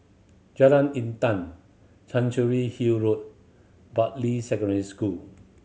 Jalan Intan Chancery Hill Road Bartley Secondary School